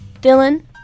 Dylan